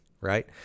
Right